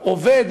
עובד,